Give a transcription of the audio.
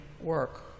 work